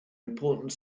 important